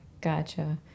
Gotcha